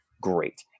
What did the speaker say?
great